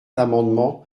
l’amendement